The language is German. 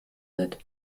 wird